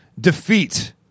defeat